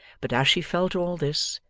but as she felt all this,